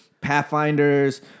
Pathfinders